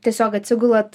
tiesiog atsigulat